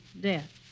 death